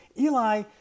Eli